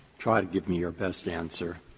try to give me your best answer.